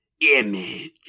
image